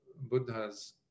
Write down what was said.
Buddha's